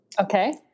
Okay